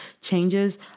Changes